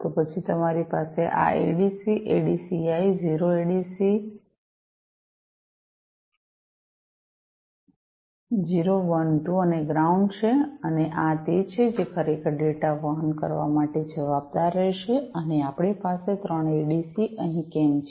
તો પછી તમારી પાસે આ એડીસી એડીસીઆઈ 0 એડીસી 0 1 2 અને ગ્રાઉંડ છે અને આ તે છે જે ખરેખર ડેટા વહન કરવા માટે જવાબદાર રહેશે અને આપણી પાસે 3 એડીસી અહીં કેમ છે